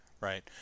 Right